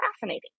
fascinating